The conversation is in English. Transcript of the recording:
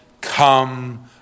come